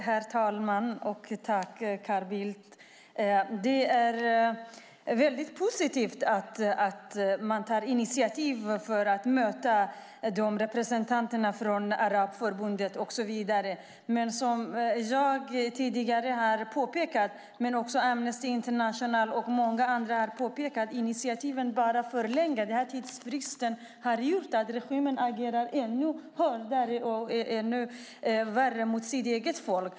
Herr talman! Jag tackar Carl Bildt. Det är positivt att man tar initiativ till att möta representanter för Arabförbundet och så vidare. Men som jag, Amnesty International och många andra tidigare har påpekat förlängs bara initiativen. Tidsfristen har gjort att regimen agerar ännu hårdare och ännu värre mot sitt eget folk.